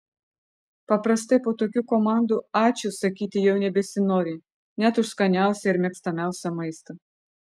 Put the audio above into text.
paprastai po tokių komandų ačiū sakyti jau nebesinori net už skaniausią ir mėgstamiausią maistą